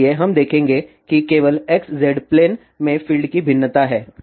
इसलिए हम देखेंगे कि केवल xz प्लेन में फील्ड की भिन्नता है